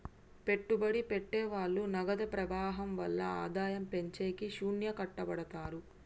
పెట్టుబడి పెట్టె వాళ్ళు నగదు ప్రవాహం వల్ల ఆదాయం పెంచేకి శ్యానా కట్టపడతారు